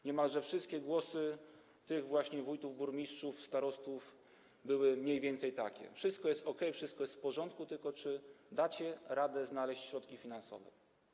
Niemalże wszystkie głosy tych właśnie wójtów, burmistrzów, starostów były mniej więcej takie: wszystko jest okej, wszystko jest w porządku, tylko czy dacie radę znaleźć środki finansowe.